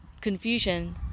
confusion